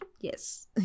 Yes